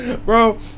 Bro